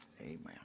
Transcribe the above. Amen